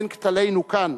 בין כתלינו כאן,